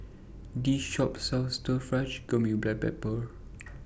This Shop sells Stir Fry Chicken with Black Pepper